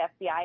FBI